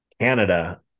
Canada